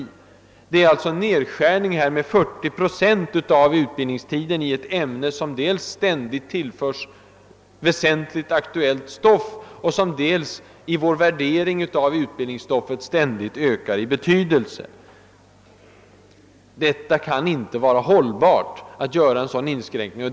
Här föreslås alltså en nedskärning med 40 procent av ut bildningstiden i ett ämne, som dels oavbrutet tillförs viktigt aktuellt material, dels i vår värdering av utbildningsstoffet ständigt ökar i betydelse. Det kan inte vara hållbart att göra en sådan inskränkning.